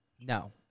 no